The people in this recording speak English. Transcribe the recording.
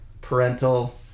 parental